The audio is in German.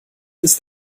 ist